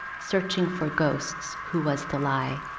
searching for ghosts, who was the lie.